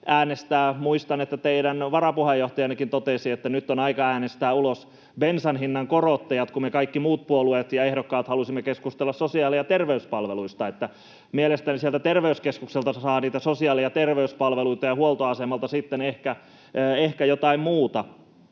Muistan, että teidän varapuheenjohtajannekin totesi, että nyt on aika äänestää ulos bensan hinnan korottajat, kun me kaikki muut puolueet ja ehdokkaat halusimme keskustella sosiaali- ja terveyspalveluista. Mielestäni sieltä terveyskeskuksesta saa niitä sosiaali- ja terveyspalveluita ja huoltoasemalta sitten ehkä jotain muuta.